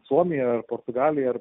suomija ar portugalija ar